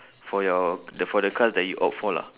for your for the cars that you opt for lah